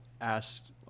asked